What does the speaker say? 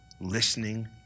listening